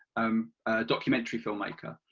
um a documentary filmmaker,